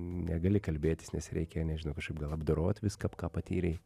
negali kalbėtis nes reikia nežinau kažkaip gal apdorot viską ką patyrei